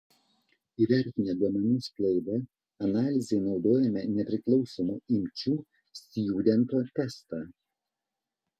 įvertinę duomenų sklaidą analizei naudojome nepriklausomų imčių stjudento testą